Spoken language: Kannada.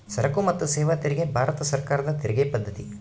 ಸರಕು ಮತ್ತು ಸೇವಾ ತೆರಿಗೆ ಭಾರತ ಸರ್ಕಾರದ ತೆರಿಗೆ ಪದ್ದತಿ